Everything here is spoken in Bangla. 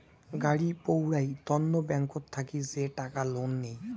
গাড়ি পৌরাই তন্ন ব্যাংকত থাকি যে টাকা লোন নেই